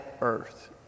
Earth